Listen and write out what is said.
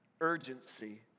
Urgency